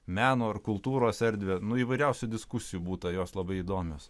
meno ar kultūros erdvę nu įvairiausių diskusijų būta jos labai įdomios